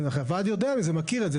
הוועד יודע מזה, מכיר את זה.